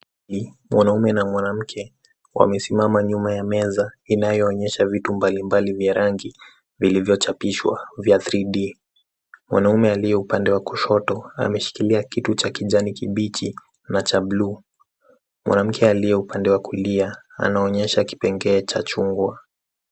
Mwanaume na mwanamke wamesimama nyuma ya meza inayoonyesha vitu mbalimbali vya rangi vilivyochapishwa vya cs[three-d]cs. Mwanaume aliye upande wa kushoto ameshikilia kitu cha kijani kibichi na cha buluu. Mwanamke aliye upande wa kulia anaonyesha kipengee cha chungwa.